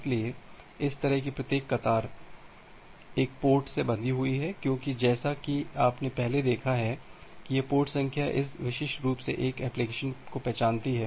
इसलिए इस तरह की प्रत्येक कतार अर्थात क्यू एक पोर्ट से बंधी हुई है क्योंकि जैसा कि आपने पहले देखा है कि यह पोर्ट संख्या इसे विशिष्ट रूप से एक एप्लिकेशन पहचानती है